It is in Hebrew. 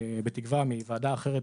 בתקווה מוועדה מאחרת,